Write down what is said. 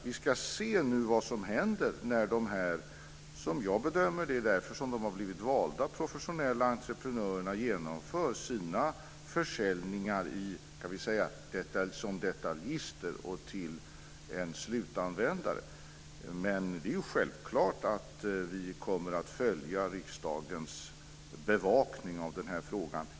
Vi ska se nu vad som händer när de här - som jag bedömer dem; det är därför som de har blivit valda - professionella entreprenörerna genomför sina försäljningar som detaljister och till en slutanvändare. Det är självklart att vi kommer att följa riksdagens bevakning av den här frågan.